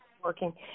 working